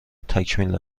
تکمیل